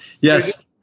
yes